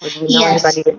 Yes